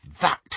that